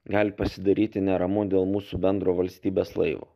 gali pasidaryti neramu dėl mūsų bendro valstybės laivo